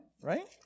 right